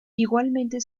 igualmente